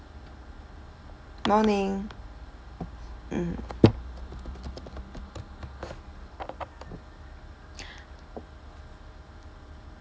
morning mm